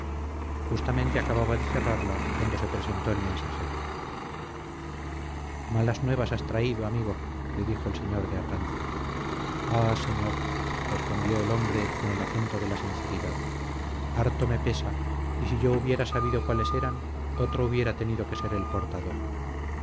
justamente acababa de cerrarla cuando se presentó el mensajero malas nuevas has traído amigo le dijo el señor de arganza ah señor respondió el hombre con el acento de la sinceridad harto me pesa y si yo hubiera sabido cuáles eran otro hubiera tenido que ser el portador